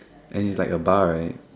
and it's like a bar right